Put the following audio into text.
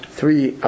Three